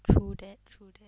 true that true that